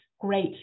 great